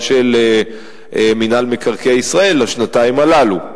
של מינהל מקרקעי ישראל לשנתיים הללו.